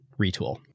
Retool